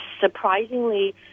surprisingly